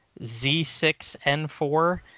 Z6N4